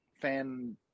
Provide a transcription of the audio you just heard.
fan